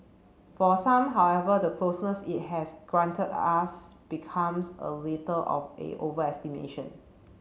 for some however the closeness it has granted us becomes a little of a overestimation